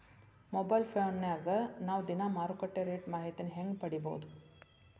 Mobile ಫೋನ್ಯಾಗ ನಾವ್ ದಿನಾ ಮಾರುಕಟ್ಟೆ ರೇಟ್ ಮಾಹಿತಿನ ಹೆಂಗ್ ಪಡಿಬೋದು?